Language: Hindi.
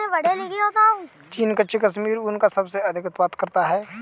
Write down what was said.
चीन कच्चे कश्मीरी ऊन का सबसे अधिक उत्पादन करता है